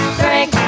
drink